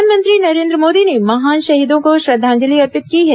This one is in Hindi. प्रधानमंत्री नरेन्द्र मोदी ने महान शहीदों को श्रद्वांजलि अर्पित की है